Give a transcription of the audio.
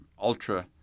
ultra